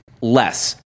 less